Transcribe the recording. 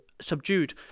subdued